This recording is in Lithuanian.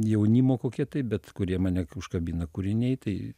jaunimo kokie tai bet kurie mane užkabina kūriniai tai